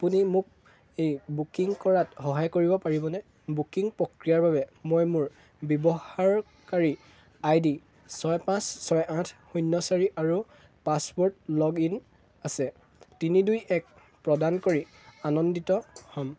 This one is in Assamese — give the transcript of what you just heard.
আপুনি মোক এই বুকিং কৰাত সহায় কৰিব পাৰিবনে বুকিং প্ৰক্ৰিয়াৰ বাবে মই মোৰ ব্যৱহাৰকাৰী আই ডি ছয় পাঁচ ছয় আঠ শূন্য চাৰি আৰু পাছৱ'ৰ্ড লগ ইন আছে তিনি দুই এক প্ৰদান কৰি আনন্দিত হ'ম